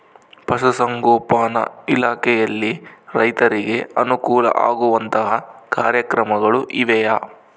ಪಶುಸಂಗೋಪನಾ ಇಲಾಖೆಯಲ್ಲಿ ರೈತರಿಗೆ ಅನುಕೂಲ ಆಗುವಂತಹ ಕಾರ್ಯಕ್ರಮಗಳು ಇವೆಯಾ?